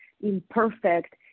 imperfect